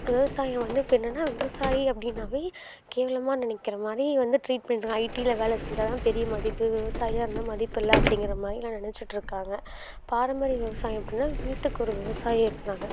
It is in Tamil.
விவசாயம் வந்து இப்போ என்னன்னா விவசாயி அப்படின்னாவே கேவலமாக நினைக்கிற மாதிரி வந்து ட்ரீட் பண்ணிவிட்டு ஐடில வேலை செஞ்சால் தான் பெரிய மதிப்பு விவசாயியாக இருந்தால் மதிப்பு இல்லை அப்படியிங்குற மாதிரிலாம் நினச்சுட்டு இருக்காங்க பாரம்பரிய விவசாயம் எப்படின்னா வீட்டுக்கு ஒரு விவசாயி இருந்தாங்க